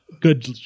good